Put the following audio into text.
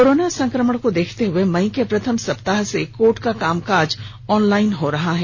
corona संक्रमण को देखते हुए मई के प्रथम सप्ताह से कोर्ट का कामकाज ऑनलाइन हो रहा है